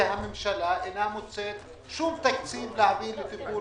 והממשלה אינה מוצאת שום תקציב להעמיד לטיפול